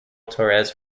torres